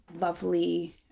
lovely